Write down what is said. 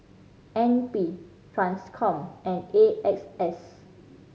N P Transcom and A X S